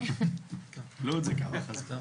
לוד זה הקו החזק.